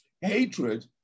hatred